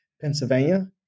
Pennsylvania